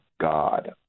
god